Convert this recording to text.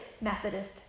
Methodist